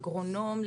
אגרונום?